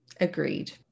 agreed